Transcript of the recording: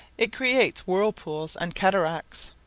it creates whirlpools and cataracts.